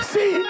See